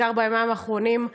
בעיקר ביומיים האחרונים,